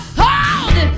hold